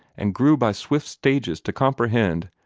and grew by swift stages to comprehend,